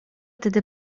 tedy